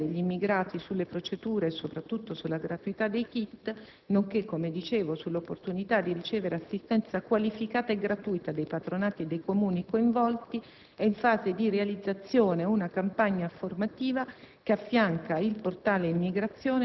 Per favorire l'informazione corretta degli immigrati sulle procedure e, soprattutto, sulla gratuità dei *kit*, nonché sulla opportunità di ricevere l'assistenza qualificata e gratuita dei Patronati e dei Comuni coinvolti, è in fase di realizzazione una campagna informativa